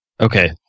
Okay